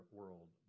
world